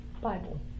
Bible